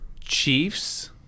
Chiefs